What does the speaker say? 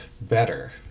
better